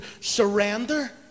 surrender